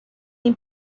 این